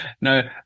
no